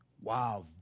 Wow